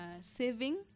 saving